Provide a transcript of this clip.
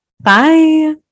Bye